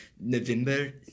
November